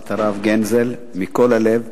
מכל הלב,